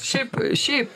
šiaip šiaip